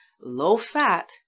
low-fat